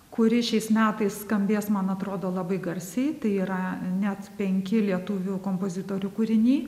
kuri šiais metais skambės man atrodo labai garsiai tai yra net penki lietuvių kompozitorių kūriniai